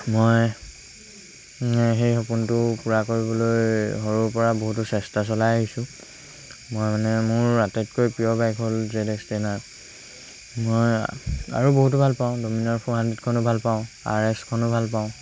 মই সেই সপোনটো পূৰা কৰিবলৈ সৰুৰ পৰা বহুতো চেষ্টা চলাই আহিছোঁ মই মানে মোৰ আটাইতকৈ প্ৰিয় বাইক হ'ল জেড এক্স টেন আৰ মই আৰু বহুতো ভাল পাওঁ ডমিনাৰ ফ'ৰ হাণ্ড্ৰেডখনো ভাল পাওঁ আৰ এছ খনো ভাল পাওঁ